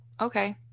okay